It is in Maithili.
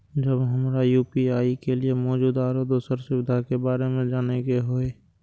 जब हमरा यू.पी.आई के लिये मौजूद आरो दोसर सुविधा के बारे में जाने के होय?